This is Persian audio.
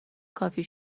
کافی